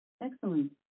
Excellent